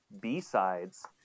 b-sides